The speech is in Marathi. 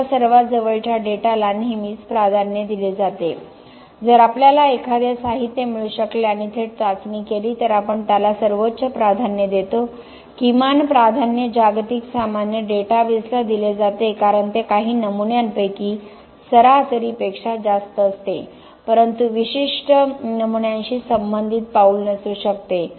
केसच्या सर्वात जवळच्या डेटाला नेहमीच प्राधान्य दिले जाते जर आपल्याला एखादे साहित्य मिळू शकले आणि थेट चाचणी केली तर आपण त्याला सर्वोच्च प्राधान्य देतो किमान प्राधान्य जागतिक सामान्य डेटाबेसला दिले जाते कारण ते काही नमुन्यांपैकी सरासरीपेक्षा जास्त असते परंतु विशिष्ट नमुन्यांशी संबंधित पाऊल नसू शकते